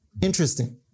Interesting